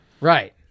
Right